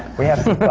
we have to